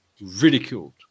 ridiculed